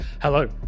Hello